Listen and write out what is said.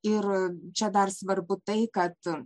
ir čia dar svarbu tai kad